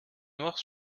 noir